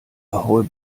ahoi